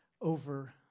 over